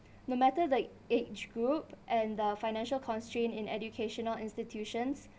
no matter the age group and the financial constraint in educational institutions